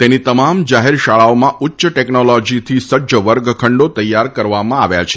તેની તમામ જાહેર શાળાઓમાં ઉચ્ય ટેક્નોલૉજીથી સજ્જ વર્ગખંડો તૈયાર કરાયા છે